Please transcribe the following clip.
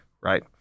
right